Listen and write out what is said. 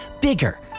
Bigger